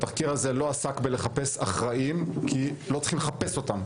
התחקיר הזה לא עסק בחיפוש אחר אחראים כי לא צריך לחפש אותם,